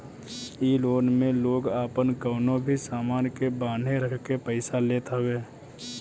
इ लोन में लोग आपन कवनो भी सामान के बान्हे रखके पईसा लेत हवे